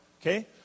Okay